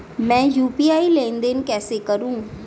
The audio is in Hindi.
मैं यू.पी.आई लेनदेन कैसे करूँ?